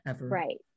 Right